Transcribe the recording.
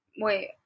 Wait